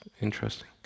interesting